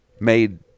made